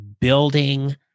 building